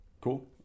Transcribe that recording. Cool